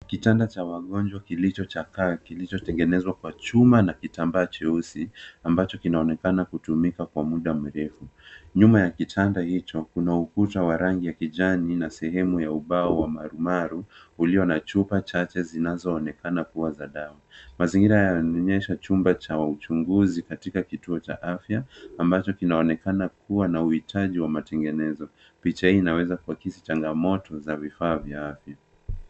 Kitanda cha wagonjwa kilichochakaa kilichotengenezwa kwa chuma na kitamba cheusi ambacho kinaonekana kinatumika kwa muda mrefu. Nyuma ya kitanda hicho kuna ukuta wa rangi ya kijani na sehemu ya ubao wa marumaru ulio na chupa chache zinazoonekana kuwa za dawa. Mazingira yanaonyesha chumba cha uchunguzi katika kituo cha afya ambacho kinaonekana kuwa na uhitaji wa matengenezo. Picha hii inaweza kuakisi changamoto za vifaa vya afya.